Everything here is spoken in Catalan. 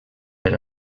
per